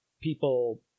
people